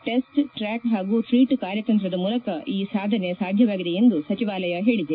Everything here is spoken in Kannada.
ಟೆಸ್ಟ್ ಟ್ರಾಕ್ ಹಾಗೂ ಟ್ರೀಟ್ ಕಾರ್ಯತಂತ್ರದ ಮೂಲಕ ಈ ಸಾಧನೆ ಸಾಧ್ಯವಾಗಿದೆ ಎಂದು ಸಚಿವಾಲಯ ಹೇಳಿದೆ